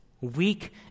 weak